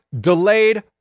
delayed